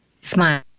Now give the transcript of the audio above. Smile